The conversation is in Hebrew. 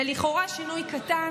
זה לכאורה שינוי קטן,